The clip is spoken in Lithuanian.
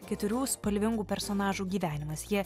keturių spalvingų personažų gyvenimas jie